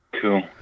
Cool